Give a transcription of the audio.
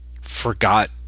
forgot